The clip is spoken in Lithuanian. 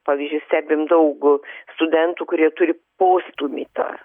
pavyzdžiui stebim daugiau studentų kurie turi postūmį tą